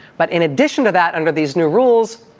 but in addition to that under these new rules,